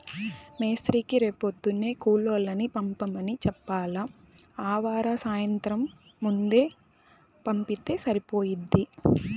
మేస్త్రీకి రేపొద్దున్నే కూలోళ్ళని పంపమని చెప్పాల, ఆవార సాయంత్రం ముందే పంపిత్తే సరిపోయిద్ది